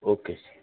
okay sir